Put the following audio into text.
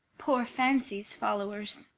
poor fancy's followers.